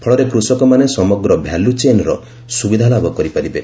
ଫଳରେ କୃଷକମାନେ ସମଗ୍ର ଭ୍ୟାଲ୍ୟୁ ଚେନ୍ର ସୁବିଧା ଲାଭ କରିପାରିବେ